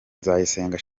nzayisenga